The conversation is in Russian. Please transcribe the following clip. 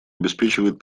обеспечивает